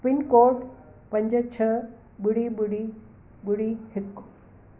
pin code पंज छ ॿुड़ी ॿुड़ी ॿुड़ी हिकु